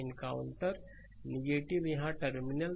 encounter यहाँ terminal